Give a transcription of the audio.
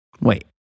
Wait